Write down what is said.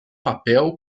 papel